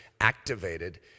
activated